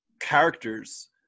characters